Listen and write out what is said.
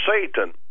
Satan